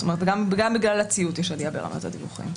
כלומר גם בגלל הציות יש עלייה ברמת הדיווחים.